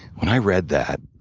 when i read that,